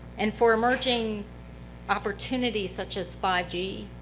and for emerging opportunities such as five g,